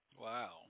Wow